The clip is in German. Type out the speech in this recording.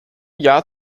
jahr